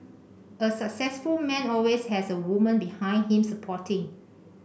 a successful man always has a woman behind him supporting